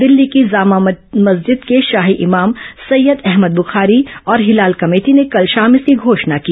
दिल्ली की जामा मस्जिद के शाही इमाम सैय्यद अहमद बुखारी और हिलाल कमेटी ने कल शाम इसकी घोषणा की